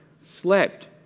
slept